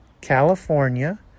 California